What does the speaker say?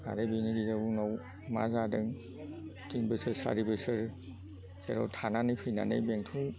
आरो बेनि गेजेराव उनाव मा जादों थिन बोसोर सारि बोसोर जेराव थानानै फैनानै बेंटल